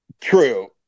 True